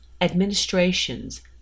administrations